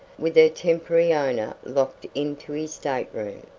with her temporary owner locked into his stateroom.